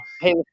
Hey